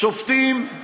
שופטים